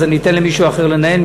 אז אני אתן למישהו אחר לנהל,